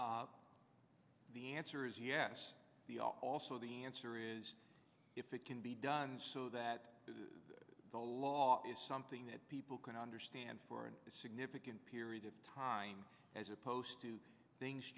the answer is yes also the answer is if it can be done so that the law is something that people can understand for a significant period of time as opposed to things